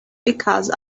because